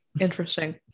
Interesting